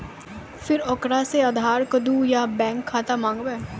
फिर ओकरा से आधार कद्दू या बैंक खाता माँगबै?